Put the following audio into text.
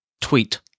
Tweet